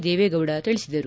ದೇವೇಗೌಡ ತಿಳಿಸಿದರು